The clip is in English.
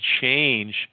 change